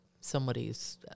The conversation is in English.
somebody's